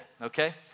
okay